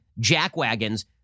jackwagons